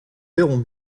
verrons